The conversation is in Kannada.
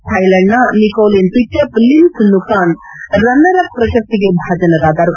ಥೈಲೆಂಡ್ನ ನಿಕೋಲಿನ್ ಪಿಚ್ಚಪ್ ಲಿಮ್ಸ್ನುಕಾನ್ ರನ್ನರ್ ಅಪ್ ಪ್ರಶಸ್ತಿಗೆ ಭಾಜನರಾದರು